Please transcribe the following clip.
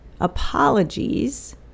Apologies